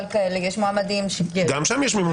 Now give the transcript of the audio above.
יש מועמדים --- גם שם יש מימון בחירות,